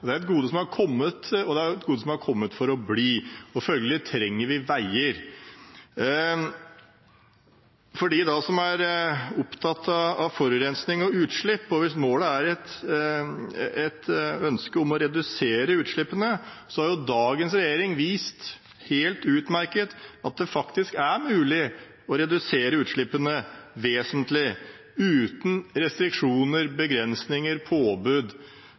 Bilen er et gode, og det er et gode som har kommet for å bli. Følgelig trenger vi veier. For dem som er opptatt av forurensing og utslipp, og har som ønske å redusere utslippene, har dagens regjering vist helt utmerket at det faktisk er mulig å redusere utslippene vesentlig uten restriksjoner, begrensninger, påbud